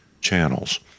channels